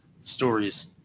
stories